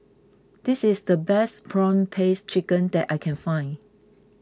this is the best Prawn Paste Chicken that I can find